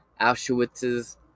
Auschwitzes